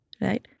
right